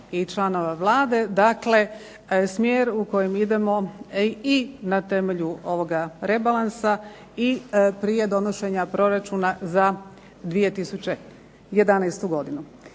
i članova Vlade. Dakle, smjer u kojem idemo i na temelju ovoga rebalansa i prije donošenja proračuna za 2011. godinu.